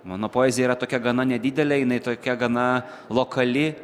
mano poezija yra tokia gana nedidelė jinai tokia gana lokali